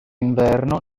inverno